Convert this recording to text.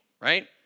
right